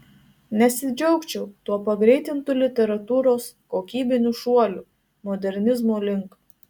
nesidžiaugčiau tuo pagreitintu literatūros kokybiniu šuoliu modernizmo link